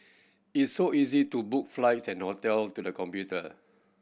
is so easy to book flights and hotel to the computer